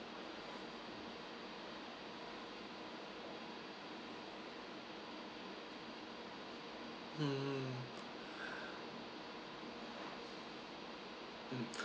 mm